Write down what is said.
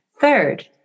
Third